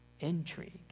Intrigue